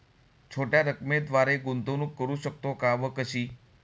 छोट्या रकमेद्वारे गुंतवणूक करू शकतो का व कशी?